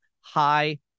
high